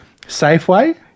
Safeway